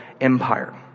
empire